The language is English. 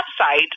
website